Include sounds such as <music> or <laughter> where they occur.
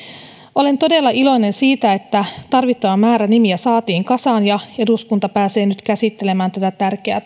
olen todella iloinen siitä että tarvittava määrä nimiä saatiin kasaan ja eduskunta pääsee nyt käsittelemään tätä tärkeää <unintelligible>